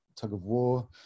tug-of-war